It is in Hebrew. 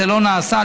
וזה לא נעשה,